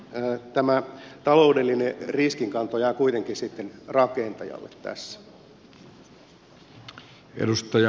tämä taloudellinen riskinkanto jää kuitenkin sitten rakentajalle tässä